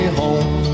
home